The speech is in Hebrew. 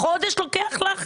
חודש לוקח לך?